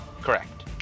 Correct